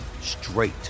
straight